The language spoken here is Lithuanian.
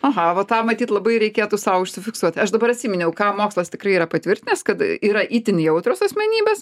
aha va tą matyt labai reikėtų sau užsifiksuot aš dabar atsiminiau ką mokslas tikrai yra patvirtinęs kad yra itin jautrios asmenybės